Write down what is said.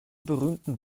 berühmten